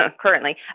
currently